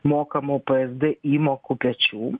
mokamųpsd įmokų pečių